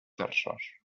terços